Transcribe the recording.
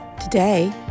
Today